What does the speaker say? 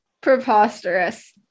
Preposterous